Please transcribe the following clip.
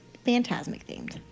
Phantasmic-themed